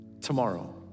tomorrow